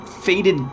faded